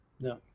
No